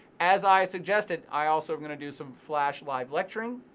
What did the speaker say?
as i suggested, i also am gonna do some flash live lecturing.